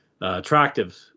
attractive